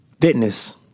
fitness